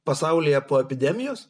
pasaulyje po epidemijos